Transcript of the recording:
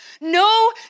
no